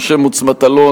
משה מטלון,